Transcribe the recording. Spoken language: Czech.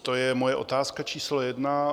To je moje otázka číslo jedna.